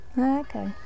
okay